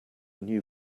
new